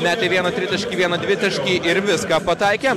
metė vieną tritaškį vieną dvitaškį ir viską pataikė